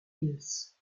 hills